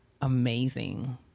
amazing